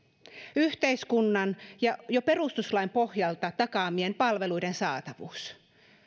yhteiskunnan jo perustuslain pohjalta takaamien palveluiden saatavuus